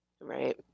Right